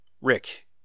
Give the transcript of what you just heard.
rick